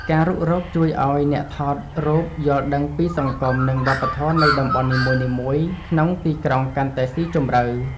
ការរុករកជួយឱ្យអ្នកថតរូបយល់ដឹងពីសង្គម និងវប្បធម៌នៃតំបន់នីមួយៗក្នុងទីក្រុងកាន់តែស៊ីជម្រៅ។